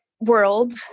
world